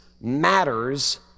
matters